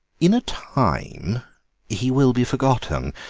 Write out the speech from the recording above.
in time he will be forgotten,